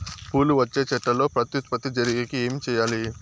పూలు వచ్చే చెట్లల్లో ప్రత్యుత్పత్తి జరిగేకి ఏమి చేయాలి?